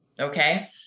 Okay